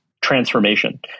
transformation